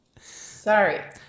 sorry